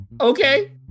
okay